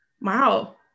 wow